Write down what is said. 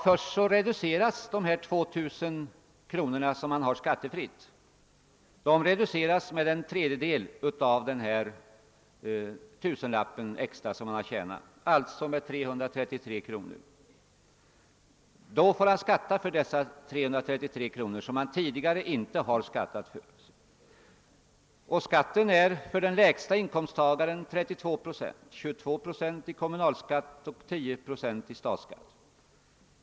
Först reduceras de 2 000 kr., som familjen har skattefritt, med en tredjedel av den extra tusenlapp som man tjänar, alltså med 333 kr. Det blir skatt för dessa 333 kr., som familjen tidigare inte har skattat för, och skatten är för den lägsta inkomsttagaren 32 procent, 22 procent i kommunalskatt och 10 procent i statsskatt.